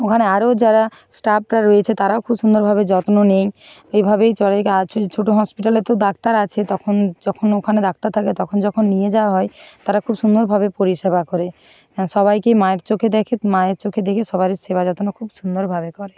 ওখানে আরও যারা স্টাফরা রয়েছে তারাও খুব সুন্দরভাবে যত্ন নেয় এইভাবেই চলে আর যদি ছোট হসপিটালে তো ডাক্তার আছে তখন যখন ওখানে ডাক্তার থাকে তখন যখন নিয়ে যাওয়া হয় তারা খুব সুন্দরভাবে পরিষেবা করে সবাইকেই মায়ের চোখে দেখে মায়ের চোখে দেখে সবারির সেবা যত্ন খুব সুন্দরভাবে করে